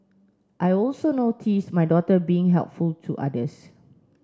I also notice my daughter being helpful to others